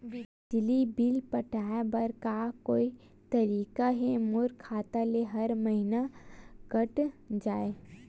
बिजली बिल पटाय बर का कोई तरीका हे मोर खाता ले हर महीना कट जाय?